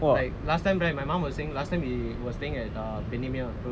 like last time right my mom was saying last time we were staying at bendemeer road